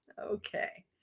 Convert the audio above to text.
Okay